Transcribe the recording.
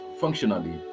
functionally